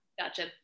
Gotcha